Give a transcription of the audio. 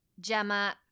Gemma